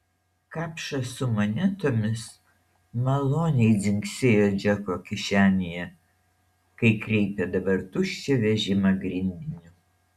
kapšas su monetomis maloniai dzingsėjo džeko kišenėje kai kreipė dabar tuščią vežimą grindiniu